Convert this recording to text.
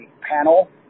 panel